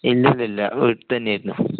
ഇല്ലില്ലില്ല വീട്ടിൽത്തന്നെയായിരുന്നു